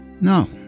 No